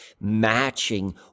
matching